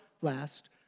last